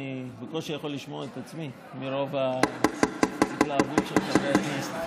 אני בקושי יכול לשמוע את עצמי מרוב ההתלהבות של חברי הכנסת.